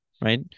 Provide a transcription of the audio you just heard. right